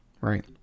right